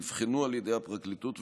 נבחנו על ידי הפרקליטות,